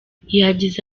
yagize